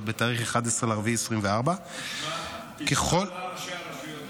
בתאריך 11 באפריל 2024. תשמע מה ראשי הרשויות אומרים.